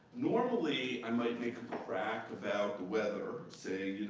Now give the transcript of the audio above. normally, i might make a crack about the weather. say,